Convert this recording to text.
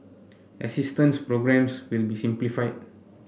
assistance programmes will be simplified